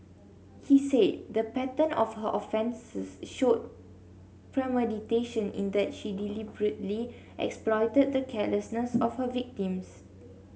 he said the pattern of her offences showed premeditation in that she deliberately exploited the carelessness of her victims